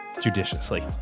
judiciously